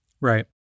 right